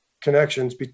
connections